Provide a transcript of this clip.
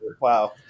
wow